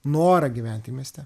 norą gyventi mieste